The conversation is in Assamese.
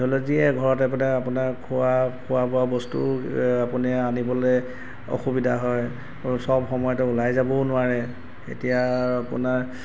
ধৰি লওঁক যিয়ে ঘৰতে মানে আপোনাৰ খোৱা খোৱা বোৱা বস্তু আপুনি আনিবলৈ অসুবিধা হয় চব সময়তে ওলাই যাবও নোৱাৰে এতিয়া আপোনাৰ